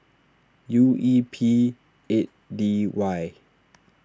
U E P eight D Y